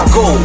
go